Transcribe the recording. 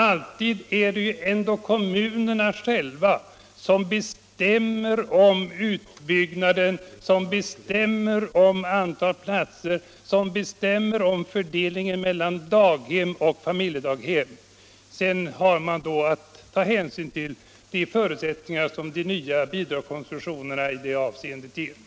Alltid är det ändå kommunerna själva som bestämmer om utbyggnaden, som bestämmer om antalet platser, som bestämmer om fördelningen mellan daghem och familjedaghem. Sedan har man att ta hänsyn till de förutsättningar som de nya bidragskonstruktionerna ger i det avseendet.